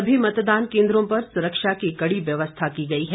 सभी मतदान केन्द्रों पर सुरक्षा की कड़ी व्यवस्था की गई है